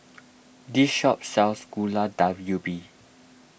this shop sells Gulai Daun Ubi